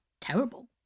terrible